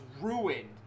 ruined